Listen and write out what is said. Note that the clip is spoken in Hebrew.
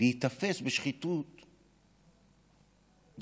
להיתפס בשחיתות, בגנבה,